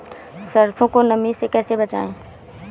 सरसो को नमी से कैसे बचाएं?